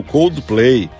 Coldplay